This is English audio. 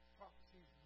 prophecies